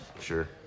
Sure